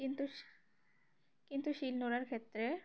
কিন্তু কিন্তু শিলনোড়ার ক্ষেত্রে